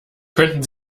könnten